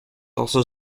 also